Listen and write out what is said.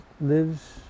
lives